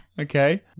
okay